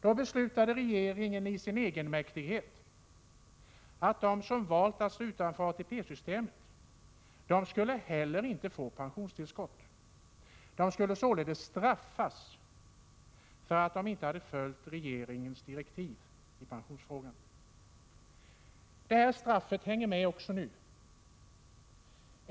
Då beslutade regeringen i sin egenmäktighet att de som valt att stå utanför ATP-systemet heller inte skulle få pensionstillskott. De skulle således straffas för att de inte hade följt regeringens direktiv i pensionsfrågan! Det straffet hänger med också nu.